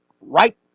right